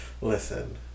listen